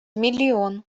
миллион